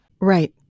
Right